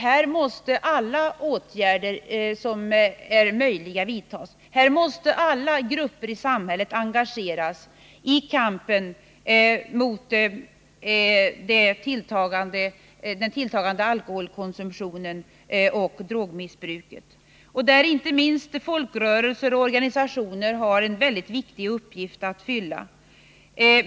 Här måste alla åtgärder som är möjliga vidtas. Här måste alla grupper i samhället engageras i kampen mot den tilltagande alkoholkonsumtionen och det ökande drogmissbruket. Inte minst folkrörelser och organisationer har här en mycket viktig uppgift att fylla.